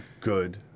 good